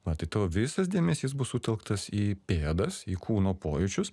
vat tavo visas dėmesys bus sutelktas į pėdas į kūno pojūčius